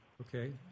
Okay